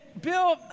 Bill